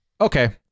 Okay